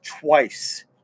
twice